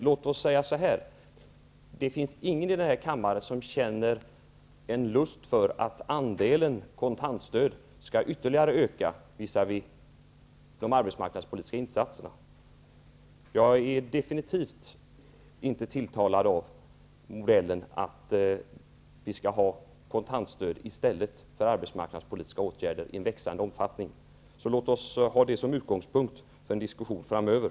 Låt oss säga så här: Det finns ingen i denna kammare som känner en lust för att andelen kontantstöd ytterligare skall öka visavi de arbetsmarknadspolitiska insatserna. Jag är definitivt inte tilltalad av den modell som går ut på att vi i växande omfattning skall ha kontantstöd i stället för arbetsmarknadspolitiska åtgärder. Låt oss alltså ha detta som utgångspunkt i diskussionen framöver.